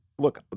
Look